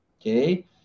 Okay